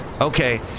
Okay